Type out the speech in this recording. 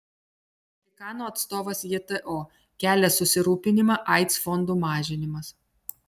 vatikano atstovas jto kelia susirūpinimą aids fondų mažinimas